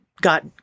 got